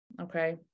Okay